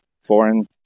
foreign